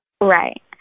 Right